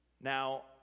Now